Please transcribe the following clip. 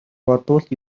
бодвол